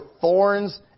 thorns